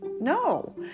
No